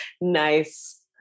Nice